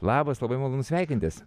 labas labai malonu sveikintis